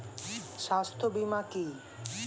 স্বাস্থ্য বীমা কি?